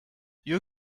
you